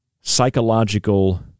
psychological